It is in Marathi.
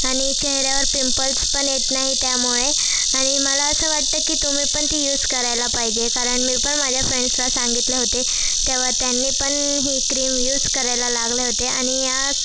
आणि चेहऱ्यावर पिंपल्स पण येत नाही त्यामुळे आणि मला असं वाटतं की तुम्ही पण ती यूस करायला पाहिजे कारण मी पण माझ्या फ्रेंडस्ला सांगितलं होते तेव्हा त्यांनी पण ही क्रीम यूस करायला लागले होते आणि आक